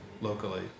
locally